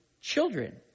children